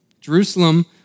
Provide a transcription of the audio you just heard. Jerusalem